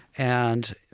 and,